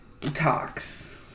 talks